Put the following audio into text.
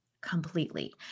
completely